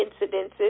incidences